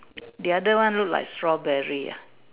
the other one look like strawberry ah